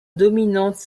dominante